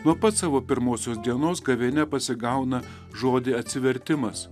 nuo pat savo pirmosios dienos gavėnia pasigauna žodį atsivertimas